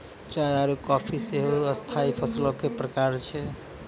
चाय आरु काफी सेहो स्थाई फसलो के प्रकार छै